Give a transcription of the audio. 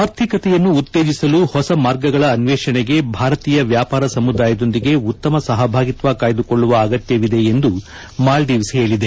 ಆರ್ಥಿಕತೆಯನ್ನು ಉತ್ತೇಜಿಸಲು ಹೊಸ ಮಾರ್ಗಗಳ ಅನ್ವೇಷಣೆಗೆ ಭಾರತೀಯ ವ್ವಾಪಾರ ಸಮುದಾಯದೊಂದಿಗೆ ಉತ್ತಮ ಸಹಭಾಗಿತ್ವ ಕಾಯ್ದುಕೊಳ್ಳುವ ಅಗತ್ಯವಿದೆ ಎಂದು ಮಾಲ್ಡೀವ್ಸ್ ಹೇಳಿದೆ